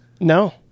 No